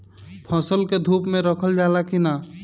फसल के धुप मे रखल जाला कि न?